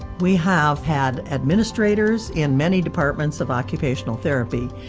we have had administrators in many departments of occupational therapy,